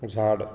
झाड